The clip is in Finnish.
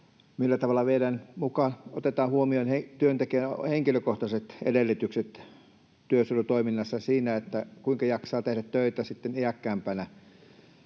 millä tavalla meillä muka otetaan huomioon työntekijän henkilökohtaiset edellytykset työsuojelutoiminnassa siinä, kuinka jaksaa tehdä töitä sitten iäkkäämpänä.